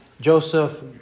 Joseph